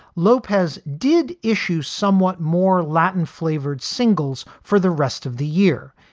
lopez did issue somewhat more latin flavored singles for the rest of the year,